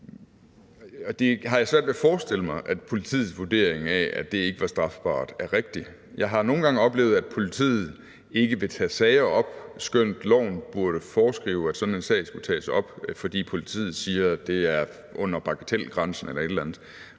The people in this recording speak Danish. Og jeg har svært ved at forestille mig, at politiets vurdering af, at det ikke er strafbart, er rigtig. Jeg har nogle gange oplevet, at politiet ikke vil tage sager op, fordi de siger, at det er under bagatelgrænsen eller et eller andet,